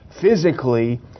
physically